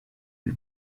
die